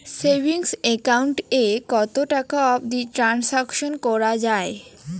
Savings account এ কতো টাকা অবধি ট্রানসাকশান করা য়ায়?